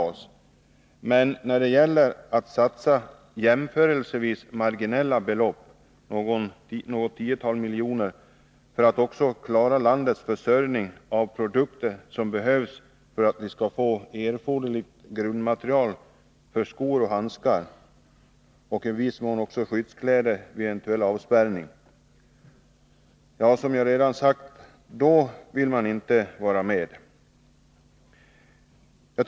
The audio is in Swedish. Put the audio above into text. Men så är det inte när det gäller att satsa jämförelsevis marginella belopp — något tiotal miljoner — för att klara landets försörjning med de produkter som behövs för att vi skall få erforderligt grundmaterial för skor och handskar. I viss mån gäller det också skyddskläder vid en eventuell avspärrning. Ja, som jag redan har sagt, då vill man inte vara med.